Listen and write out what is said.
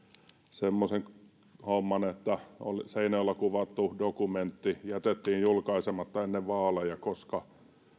semmoisen homman että seinäjoella kuvattu dokumentti jätettiin julkaisematta ennen vaaleja koska